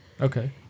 Okay